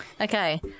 Okay